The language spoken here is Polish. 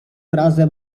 razem